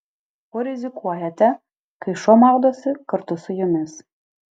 kuo rizikuojate kai šuo maudosi kartu su jumis